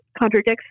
contradicts